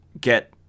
get